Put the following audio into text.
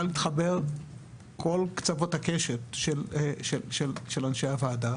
כל קצוות הקשת של אנשי הוועדה